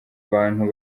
abantu